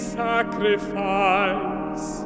sacrifice